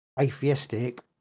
atheistic